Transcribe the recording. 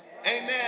Amen